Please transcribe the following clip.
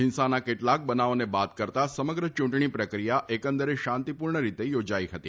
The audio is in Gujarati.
ફિંસાના કેટલાક બનાવોને બાદ કરતા સમગ્ર ચૂંટણી પ્રક્રિયા એકંદરે શાંતિપૂર્ણ રીતે યોજાઈ ફતી